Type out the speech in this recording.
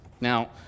Now